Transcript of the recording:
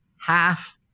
half